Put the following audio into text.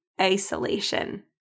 isolation